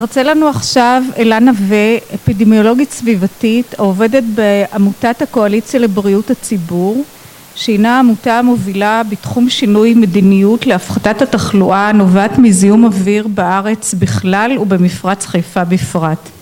תרצה לנו עכשיו אלה נווה, אפידמיולוגית סביבתית, העובדת בעמותת הקואליציה לבריאות הציבור, שהינה עמותה המובילה בתחום שינוי מדיניות להפחתת התחלואה הנובעת מזיהום אוויר בארץ בכלל ובמפרץ חיפה בפרט.